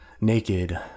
naked